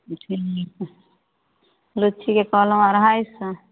ठीक हइ लुच्चीके कहलहुँ अढ़ाइ सओ